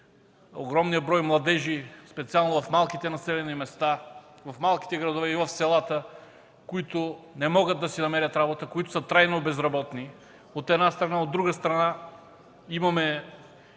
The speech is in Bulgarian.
огромен брой младежи, специално в малките населени места – в малките градове и в селата, които не могат да си намерят работа и са трайно безработни, от една страна; от друга страна, има